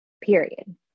period